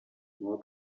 more